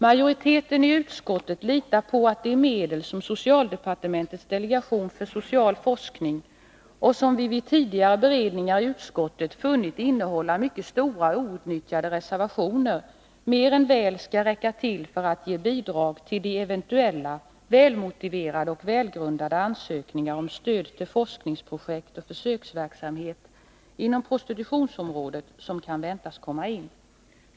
Majoriteten i utskottet litar på att de medel som socialdepartementets delegation för social forskning — och som vi vid tidigare beredningar i utskottet funnit innehålla mycket stora outnyttjade reserver — mer än väl skall räcka till för att ge bidrag till de eventuella välmotiverade och välgrundade ansökningar om stöd till forskningsprojekt och försöksverksamhet inom prostitutionsområdet som kan väntas komma in.